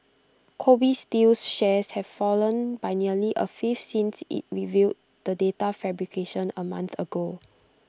Kobe steel's shares have fallen by nearly A fifth since IT revealed the data fabrication A month ago